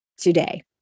today